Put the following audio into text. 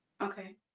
Okay